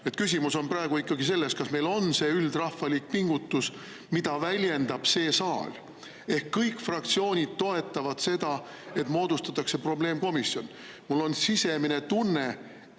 Küsimus on praegu ikkagi selles, kas meil on see üldrahvalik pingutus, mida väljendab ka see saal, ehk kõik fraktsioonid toetavad seda, et moodustatakse probleemkomisjon. Mul on sisemine tunne,